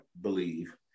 believe